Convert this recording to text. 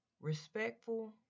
respectful